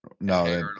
No